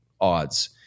odds